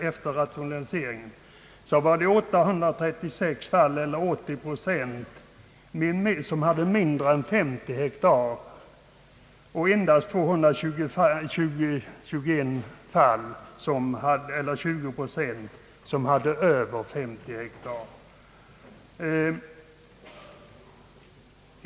Efter rationaliseringen var det 836 fall eller 80 procent som hade mindre än 50 hektar, och endast 221 fall eller 20 procent som hade över 50 hektar.